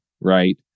right